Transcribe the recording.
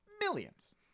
millions